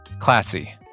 Classy